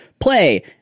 Play